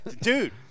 Dude